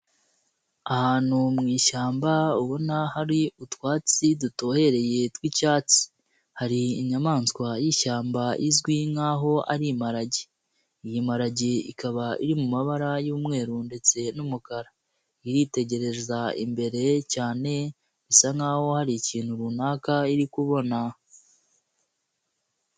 Ahantu mu ishyambabona hari utwatsi dutohereye tw'icyatsi, hari inyamaswa yishyamba izwi nkaho ari imparage. Iyi mparage ikaba iri mu mabara y'umweru ndetse n'umukara, iritegereza imbere cyane bisa nkaho hari ikintu runaka iri kubona.